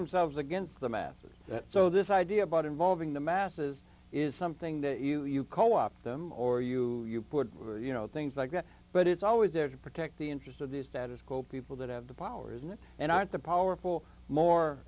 absolved against the masses so this idea about involving the masses is something that you you co opt them or you you put you know things like that but it's always there to protect the interest of these that is called people that have the power isn't it and aren't the powerful more